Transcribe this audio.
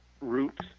roots